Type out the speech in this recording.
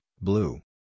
blue